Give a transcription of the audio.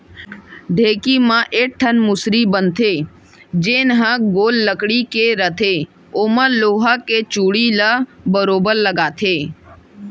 ढेंकी म एक ठन मुसरी बन थे जेन हर गोल लकड़ी के रथे ओमा लोहा के चूड़ी ल बरोबर लगाथे